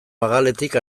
magaletik